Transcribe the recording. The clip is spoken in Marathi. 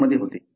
काय होते